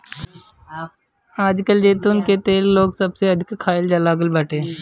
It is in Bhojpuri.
आजकल जैतून के तेल के लोग सबसे अधिका खाए लागल बाटे